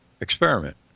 experiment